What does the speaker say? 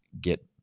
get